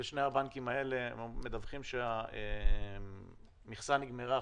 בשני הבנקים האלה הם מדווחים שהמכסה נגמרה.